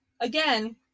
again